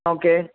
okay